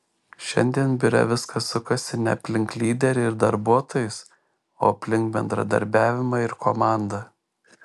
šiandien biure viskas sukasi ne aplink lyderį ir darbuotojus o aplink bendradarbiavimą ir komandą